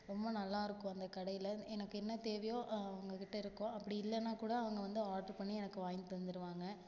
ரொம்ப நல்லாயிருக்கும் அந்த கடையில் எனக்கு என்ன தேவையோ அவங்ககிட்ட இருக்கும் அப்படி இல்லைனா கூட அவங்க வந்து ஆர்ட்ரு பண்ணி எனக்கு வாங்கி தந்துருவாங்க